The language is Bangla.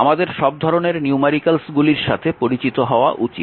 আমাদের সব ধরণের নিউম্যারিকালস গুলির সাথে পরিচিত হওয়া উচিত